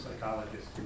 psychologist